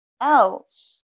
else